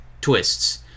twists